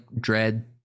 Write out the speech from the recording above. Dread